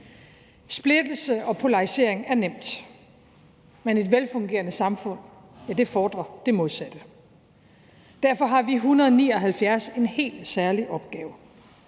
Splittelse og polarisering er nemt, men et velfungerende samfund fordrer det modsatte. Derfor har vi 179 medlemmer en helt særlig opgave: